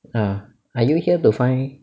ah are you here to find